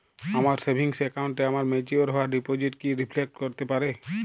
আমার সেভিংস অ্যাকাউন্টে আমার ম্যাচিওর হওয়া ডিপোজিট কি রিফ্লেক্ট করতে পারে?